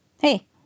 Hey